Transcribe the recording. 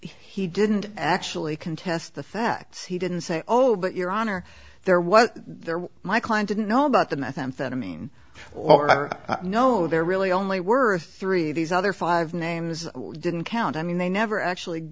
he didn't actually contest the facts he didn't say oh but your honor they're what they're my client didn't know about the methamphetamine or i know they're really only worth three these other five names didn't count i mean they never actually